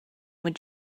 would